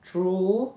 true